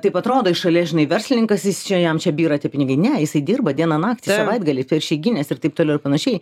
taip atrodo iš šalies žinai verslininkas jis čia jam čia byra tie pinigai ne jisai dirba dieną naktį savaitgalį per išeigines ir taip toliau ir panašiai